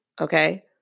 okay